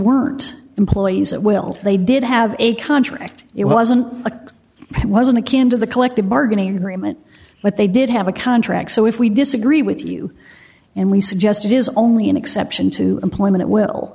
weren't employees at will they did have a contract it wasn't a it wasn't a can to the collective bargaining agreement but they did have a contract so if we disagree with you and we suggest it is only an exception to employment it will